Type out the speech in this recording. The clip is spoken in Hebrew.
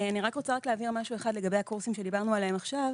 אני רק רוצה להבהיר משהו אחד לגבי הקורסים שדיברנו עליהם עכשיו,